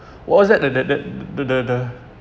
what what's that the the the the the the